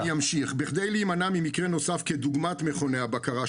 אני אמשיך בכדי להימנע ממקרה נוסף כדוגמת מכוני הבקרה,